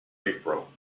april